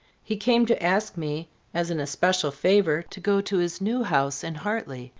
he came to ask me as an especial favour to go to his new house in hartley,